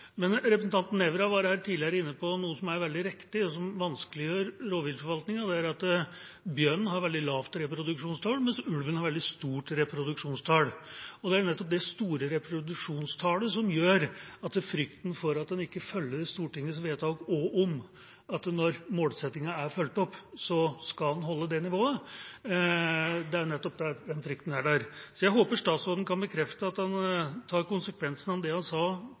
Representanten Nævra var tidligere inne på noe som er veldig riktig, og som vanskeliggjør rovviltforvaltningen, og det er at bjørn har veldig lavt reproduksjonstall, mens ulven har veldig høyt reproduksjonstall. Og det er nettopp det høye reproduksjonstallet som bidrar til frykten for at en ikke følger Stortingets vedtak, også om at når målsettingen er fulgt opp, så skal en holde det nivået. Det er nettopp den frykten som er der. Så jeg håper statsråden kan bekrefte at han tar konsekvensen av det han prisverdig sa